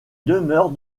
demeure